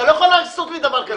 אתה לא יכול לעשות לי דבר כזה.